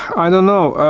i don't know,